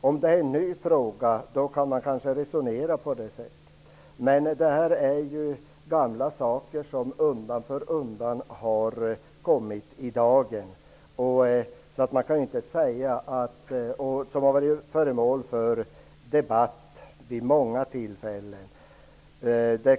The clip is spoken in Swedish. Om det är en ny fråga, kan man kanske resonera på det sättet, men här är det ju gamla saker som undan för undan har kommit i dagen och som har varit föremål för debatt vid många tillfällen.